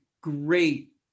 great